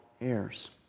heirs